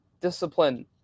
Discipline